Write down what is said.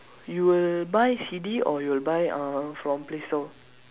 you will buy C_D or you will buy uh from play store